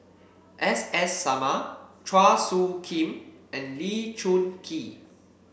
S S Sarma Chua Soo Khim and Lee Choon Kee